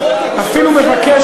אפילו מבקש,